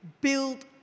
build